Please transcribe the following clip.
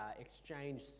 exchange